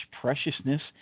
preciousness